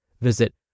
Visit